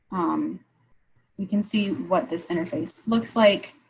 um you can see what this interface looks like.